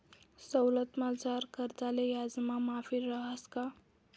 सवलतमझार कर्जदारले याजमा माफी रहास का?